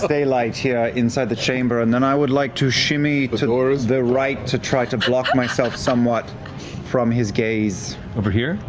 ah daylight here inside the chamber. and then i would like to shimmy but towards the right to try to block myself somewhat from his gaze. matt over here?